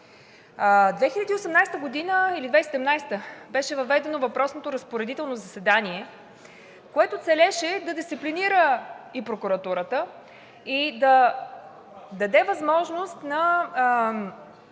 2018 г. или 2017 г. беше въведено въпросното разпоредително заседание, което целеше да дисциплинира и прокуратурата, и да даде възможност с